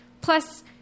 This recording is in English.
Plus